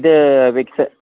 ഇത് ഫിക്സ്